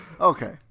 okay